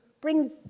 bring